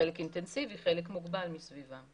חלק אינטנסיבי וחלק מוגבל, מסביבם.